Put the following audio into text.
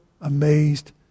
amazed